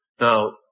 Now